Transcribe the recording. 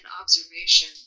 observation